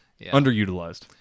underutilized